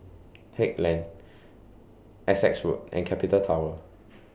Haig Lane Essex Road and Capital Tower